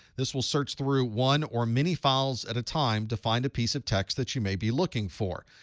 this will search through one or many files at a time to find a piece of text that you may be looking for.